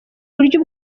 buryo